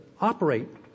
operate